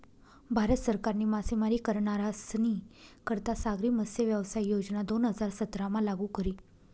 भारत सरकारनी मासेमारी करनारस्नी करता सागरी मत्स्यव्यवसाय योजना दोन हजार सतरामा लागू करी